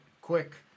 quick